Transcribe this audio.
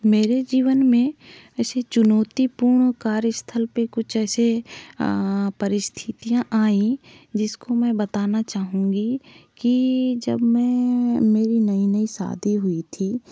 मेरे जीवन में ऐसी चुनौती पूर्ण कार्यस्थल पे कुछ ऐसी परिस्थितियाँ आई जिसको मैं बताना चाहूँगी कि जब मैं मेरी नई नई सादी हुई थी